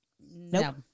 No